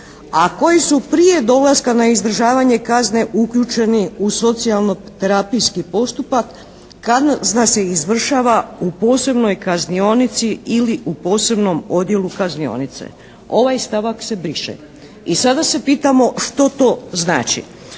a koji su prije dolaska na izdržavanje kazne uključeni u socijalno-terapijski postupak kazna se izvršava u posebnoj kaznionici ili u posebnom odjelu kaznionice.". Ovaj stavak se briše. I sada se pitamo što to znači.